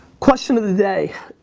question of the day.